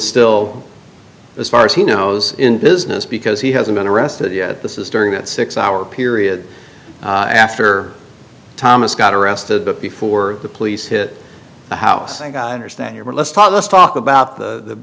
still as far as he knows in business because he hasn't been arrested yet this is during that six hour period after thomas got arrested but before the police hit the house a guy understand your let's talk let's talk about the